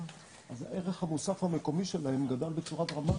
אז הערך המוסף המקומי שלהם גדל בצורה דרמטית.